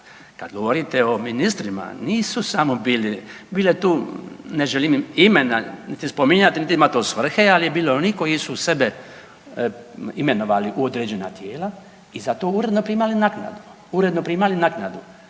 kad govorite o ministrima nisu samo bili, bilo je tu, ne želim im imena niti spominjati, niti ima to svrhe, ali je bilo onih koji su sebe imenovali u određena tijela i za to uredno primali naknadu, uredno primali naknadu.